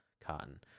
cotton